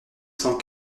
cent